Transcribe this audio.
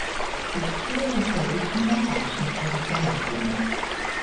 iškilo eucharistinio pasninko reikalavimai